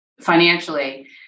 financially